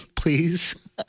Please